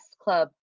club